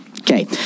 Okay